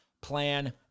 plan